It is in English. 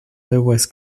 lewis